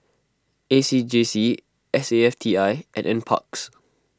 A C J C S A F T I and NParks